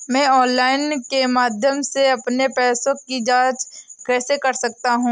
मैं ऑनलाइन के माध्यम से अपने पैसे की जाँच कैसे कर सकता हूँ?